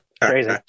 crazy